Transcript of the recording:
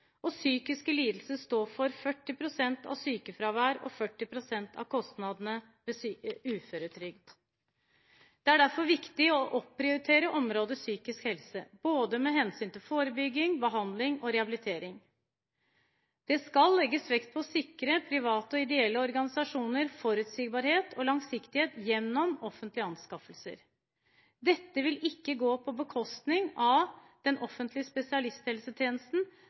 og psykiske lidelser står for 40 pst. av sykefraværet og kostnadene ved uføretrygd. Det er derfor viktig å opprioritere området psykisk helse, med hensyn til forebygging, behandling og rehabilitering. Det skal legges vekt på å sikre private og ideelle organisasjoner forutsigbarhet og langsiktighet gjennom offentlige anskaffelser. Dette vil ikke gå på bekostning av den offentlige spesialisthelsetjenesten,